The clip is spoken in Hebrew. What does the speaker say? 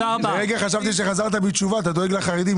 לרגע חשבתי שחזרת בתשובה אתה דואג לחרדים?